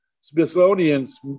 Smithsonian's